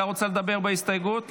אתה רוצה לדבר בהסתייגות?